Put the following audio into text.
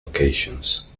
locations